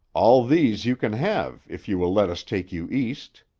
all these you can have if you will let us take you east.